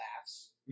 laughs